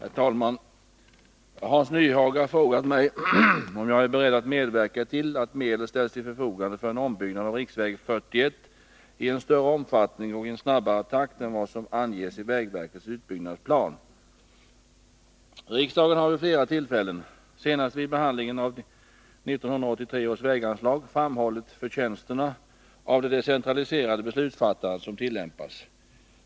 Herr talman! Hans Nyhage har frågat mig om jag är beredd att medverka till att medel ställs till förfogande för en ombyggnad av riksväg 41 i en större omfattning och i en snabbare takt än vad som anges i vägverkets utbyggnadsplan. Riksdagen har vid flera tillfällen — senast vid behandlingen av 1983 års väganslag — framhållit förtjänsterna av det decentraliserade beslutsfattande som tillämpas.